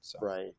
Right